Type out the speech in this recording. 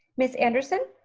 miss anderson?